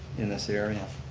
in this area.